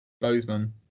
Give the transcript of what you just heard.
Bozeman